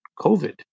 COVID